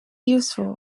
useful